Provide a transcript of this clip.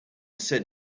said